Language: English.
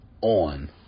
on